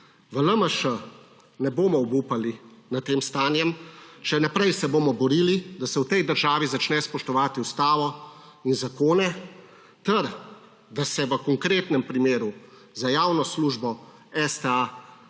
V LMŠ ne bomo obupali nad tem stanjem, še naprej se bomo borili, da se v tej državi začne spoštovati Ustavo in zakone ter da se v konkretnem primeru za javno službo STA